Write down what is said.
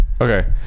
Okay